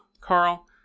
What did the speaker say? Carl